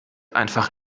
einfach